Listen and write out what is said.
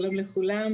שלום לכולם.